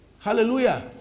Hallelujah